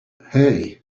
hey